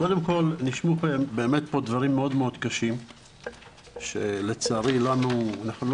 קודם כל נשמעו פה באמת דברים מאוד מאוד קשים שלצערי אנחנו לא